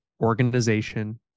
organization